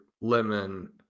lemon